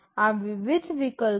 આ વિવિધ વિકલ્પો છે